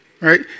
right